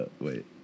wait